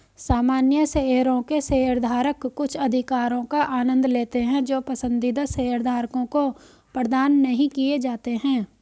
सामान्य शेयरों के शेयरधारक कुछ अधिकारों का आनंद लेते हैं जो पसंदीदा शेयरधारकों को प्रदान नहीं किए जाते हैं